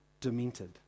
demented